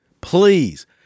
please